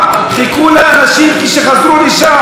חיכו לאנשים כשחזרו לשם,